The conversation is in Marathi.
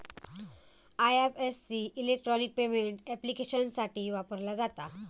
आय.एफ.एस.सी इलेक्ट्रॉनिक पेमेंट ऍप्लिकेशन्ससाठी वापरला जाता